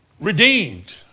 redeemed